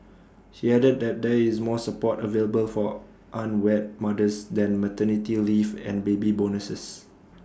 he added that there is more support available for unwed mothers than maternity leave and baby bonuses